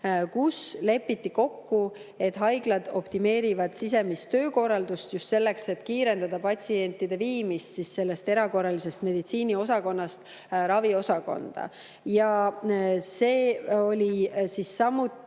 kus lepiti kokku, et haiglad optimeerivad sisemist töökorraldust, just selleks, et kiirendada patsientide viimist erakorralise meditsiini osakonnast raviosakonda. Ja see sai samuti